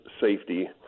safety